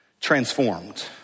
transformed